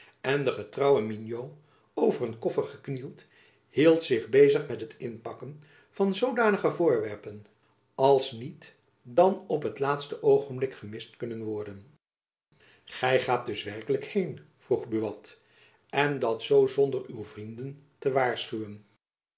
en de getrouwe mignot over een koffer geknield jacob van lennep elizabeth musch hield zich bezig met het inpakken van zoodanige voorwerpen als niet dan op het laatste oogenblik gemist kunnen worden gy gaat dus werkelijk heen vroeg buat en dat zoo zonder uw vrienden te waarschuwen